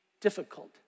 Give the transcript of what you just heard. difficult